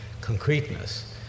concreteness